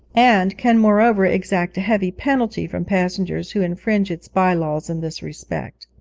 and can moreover exact a heavy penalty from passengers who infringe its bye-laws in this respect.